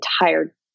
entire